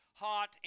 Hot